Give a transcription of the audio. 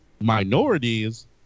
minorities